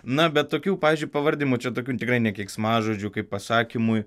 na bet tokių pavyzdžiui pavardijimų čia tokių tikrai ne keiksmažodžių kaip pasakymui